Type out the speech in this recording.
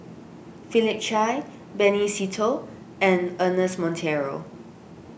Philip Chia Benny Se Teo and Ernest Monteiro